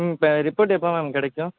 ம் இப்போ ரிப்போர்ட் எப்போ மேம் கிடைக்கும்